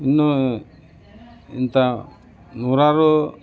ಇನ್ನೂ ಇಂಥ ನೂರಾರು